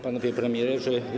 Panowie Premierzy!